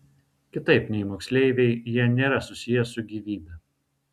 kitaip nei moksleiviai jie nėra susiję su gyvybe